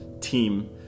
team